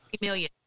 million